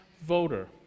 voter